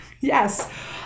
yes